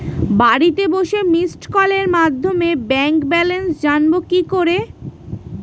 বাড়িতে বসে মিসড্ কলের মাধ্যমে ব্যাংক ব্যালেন্স জানবো কি করে?